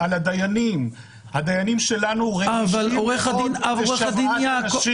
הדיינים, הדיינים שלנו רגישים מאוד לשוועת הנשים.